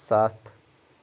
ستھ